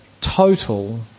Total